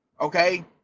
Okay